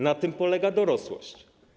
Na tym polega dorosłość.